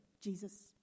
Jesus